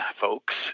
folks